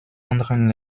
anderen